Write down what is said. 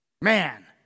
Man